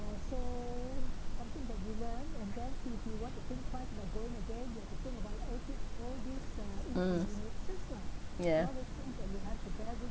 mm yeah